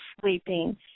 sleeping